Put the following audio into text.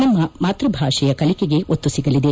ನಮ್ಮ ಮಾತ್ಯಭಾಷೆಯ ಕಲಿಕೆಗೆ ಒತ್ತು ಸಿಗಲಿದೆ